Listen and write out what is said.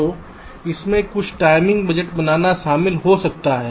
तो इसमें कुछ टाइमिंग बजट बनाना शामिल हो सकता है